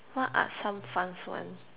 what are some fun ones